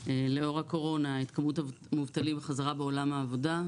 לאור הקורונה את כמות המובטלים חזרה בעולם העבודה,